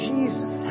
Jesus